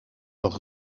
nog